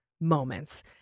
moments